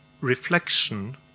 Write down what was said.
reflection